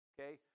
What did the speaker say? okay